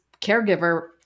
caregiver